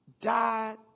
died